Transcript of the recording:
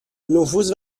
نفوذ